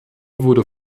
wurde